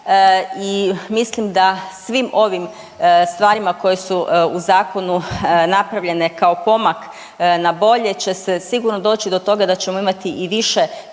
I mislim da svim ovim stvarima koje su u zakonu napravljene kao pomak na bolje će se sigurno doći do toga da ćemo imati i više trenera